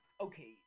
Okay